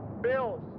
bills